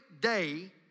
day